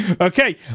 okay